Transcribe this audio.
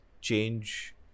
change